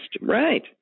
Right